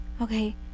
okay